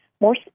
more